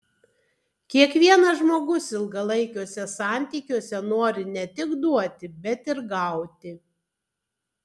kiekvienas žmogus ilgalaikiuose santykiuose nori ne tik duoti bet ir gauti